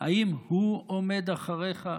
האם הוא עומד אחריך?